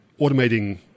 automating